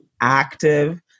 active